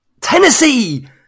Tennessee